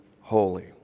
holy